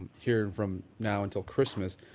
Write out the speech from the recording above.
and herein from now until christmas,